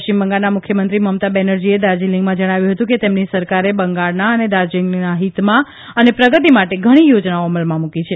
પશ્ચિમ બંગાળના મુખ્યમંત્રી મમતા બેનરજીએ દાર્જીલીંગમાં જણાવ્યું હતું કે તેમની સરકારે બંગાળના અને દાર્જીલીંગના હિતમાં અને પ્રગતિ માટે ઘણી યોજનાઓ અમલમાં મુકી છે